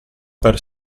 per